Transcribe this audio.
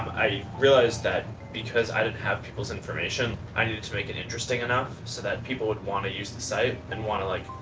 i realized that because i didn't have people's information, i needed to make it interesting enough so that people would want to use the and want to, like,